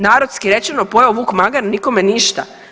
Narodski rečeno pojeo vuk magare, nikome ništa.